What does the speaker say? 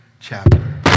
chapter